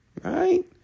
Right